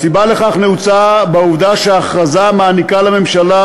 הסיבה לכך נעוצה בעובדה שההכרזה מעניקה לממשלה